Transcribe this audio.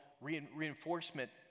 reinforcement